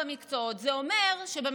זה אומר שבמדינת ישראל,